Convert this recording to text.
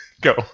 Go